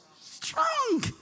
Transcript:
Strong